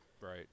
Right